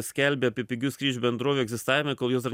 skelbia apie pigių skrydžių bendrovių egzistavimą kol jos dar